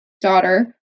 daughter